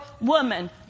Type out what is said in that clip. woman